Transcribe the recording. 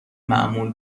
معمول